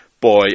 boy